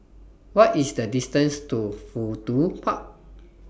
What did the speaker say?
What IS The distance to Fudu Park